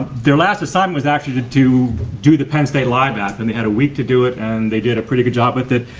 their last assignment was actually to to do the penn state live app. and they had a week to do it and they did a pretty good job with it.